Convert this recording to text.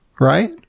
right